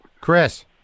Chris